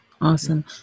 awesome